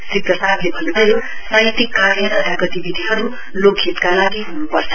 श्री प्रसादले भन्नुभयो साहित्यिक कार्य तथा गतिविधिहरू लोकहितका लागि हुनुपर्छ